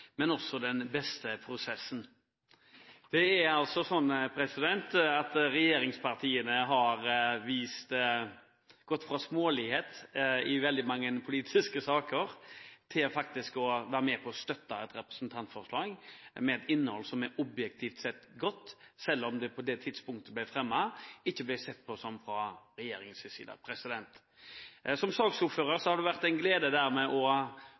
men det har også vært den beste prosessen. Regjeringspartiene har gått fra smålighet i veldig mange politiske saker til faktisk å være med og støtte et representantforslag med et innhold som objektivt sett er godt, selv om det på det tidspunktet det ble fremmet, ikke ble sett sånn fra regjeringens side. Som saksordfører har det dermed vært en glede å